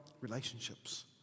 relationships